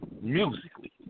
musically